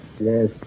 Yes